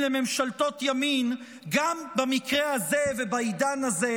מימי "שכחו מה זה להיות יהודים"